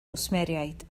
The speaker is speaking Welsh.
gwsmeriaid